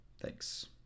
Thanks